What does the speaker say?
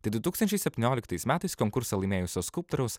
tai du tūkstančiai septynioliktais metais konkursą laimėjusio skulptoriaus